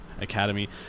Academy